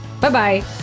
Bye-bye